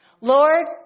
Lord